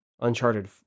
Uncharted